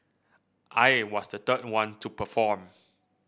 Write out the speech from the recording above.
I was the third one to perform